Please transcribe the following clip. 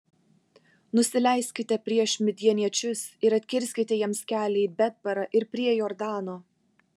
nusileiskite prieš midjaniečius ir atkirskite jiems kelią į betbarą ir prie jordano